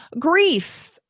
Grief